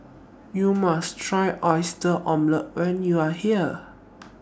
YOU must Try Oyster Omelette when YOU Are here